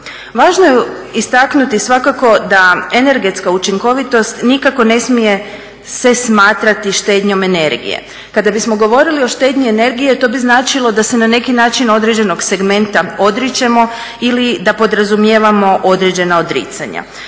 Važno je istaknuti svakako da energetska učinkovitost nikako ne smije se smatrati štednjom energije. Kada bismo govorili o štednji energije to bi značilo da se na neki način određenog segmenta odričemo ili da podrazumijevamo određena odricanja.